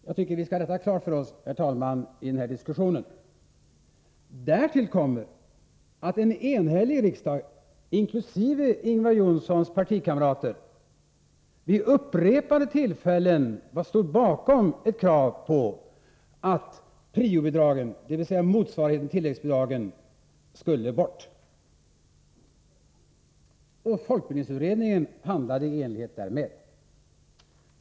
Jag tycker, herr talman, att vi skall ha detta klart för oss i den här diskussionen. Därtill kommer att en enhällig riksdag — inkl. Ingvar Johnssons partikamrater — vid upprepade tillfällen stått bakom kravet på att prio-bidragen, dvs. motsvarigheten till tilläggsbidragen, skulle bort. Folkbildningsutredningen handlade i enlighet därmed.